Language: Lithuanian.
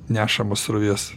nešamas srovės